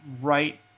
right